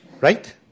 right